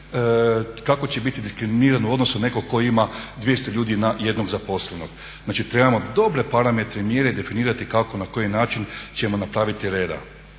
kako će biti diskriminiran u odnosu na nekog tko ima 200 ljudi na jednog zaposlenog. Znači trebamo dobre parametre i mjere definirati kako i na koji način ćemo napraviti reda.